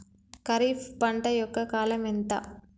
ఖరీఫ్ పంట యొక్క కాలం ఎంత?